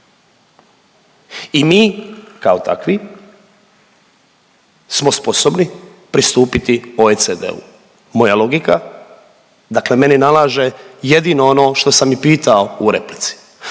i mi kao takvi smo sposobni pristupiti OECD-u. Moja logika dakle meni nalaže jedino ono što sam i pitao u replici,